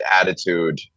attitude